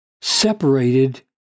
separated